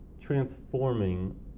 transforming